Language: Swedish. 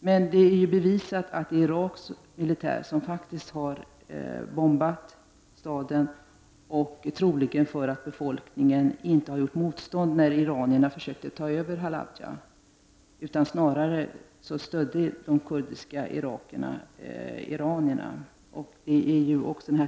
Men det är bevisat att det är irakisk militär som har bombat staden, troligen för att befolkningen inte gjort motstånd när iranierna försökte ta över Halabja utan snarare stödde angriparna.